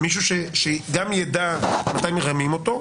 מישהו שגם ידע מתי מרמים אותו,